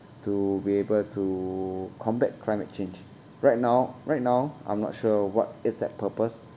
to be able to combat climate change right now right now I'm not sure what is that purpose